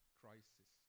crisis